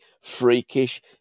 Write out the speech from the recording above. freakish